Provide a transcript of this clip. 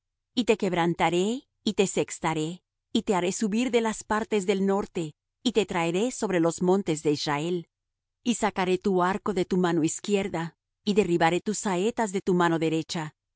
y te quebrantaré y te sextaré y te haré subir de las partes del norte y te traeré sobre los montes de israel y sacaré tu arco de tu mano izquierda y derribaré tus saetas de tu mano derecha